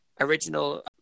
original